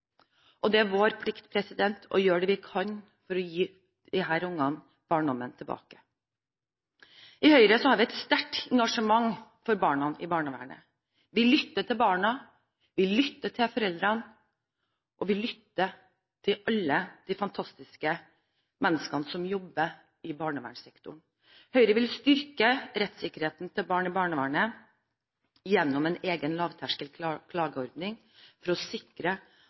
og det er vår plikt å gjøre det vi kan for å gi disse ungene barndommen tilbake. I Høyre har vi et sterkt engasjement for barna i barnevernet. Vi lytter til barna, vi lytter til foreldrene, og vi lytter til alle de fantastiske menneskene som jobber i barnevernssektoren. Høyre vil styrke rettssikkerheten til barn i barnevernet gjennom en egen lavterskel klageordning, for å sikre